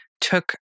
took